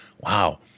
wow